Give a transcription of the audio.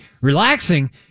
Relaxing